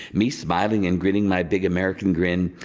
me smiling and grinning my big american grin.